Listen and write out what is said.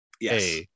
Yes